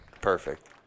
Perfect